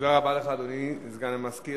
תודה רבה לך, אדוני סגן המזכיר.